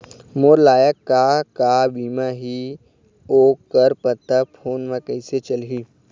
मोर लायक का का बीमा ही ओ कर पता फ़ोन म कइसे चलही?